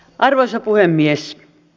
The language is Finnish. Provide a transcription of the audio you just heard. arvoisa puhemies